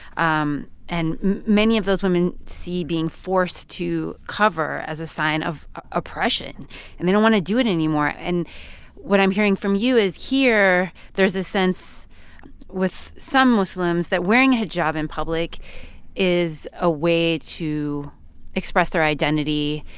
um and many of those women see being forced to cover as a sign of oppression and they don't want to do it anymore. and what i'm hearing from you is here, there's a sense with some muslims that wearing a hijab in public is a way to express their identity,